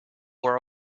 were